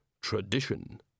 tradition